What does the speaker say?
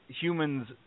humans